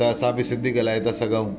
त असां बि सिंधी ॻाल्हाए था सघूं